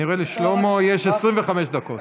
אני רואה שלשלמה יש 25 דקות.